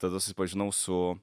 tada susipažinau su